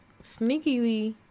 sneakily